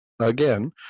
again